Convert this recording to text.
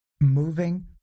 moving